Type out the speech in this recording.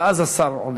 ואז השר עונה.